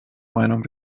meinung